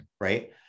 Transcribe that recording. right